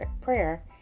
prayer